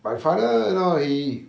my father you know he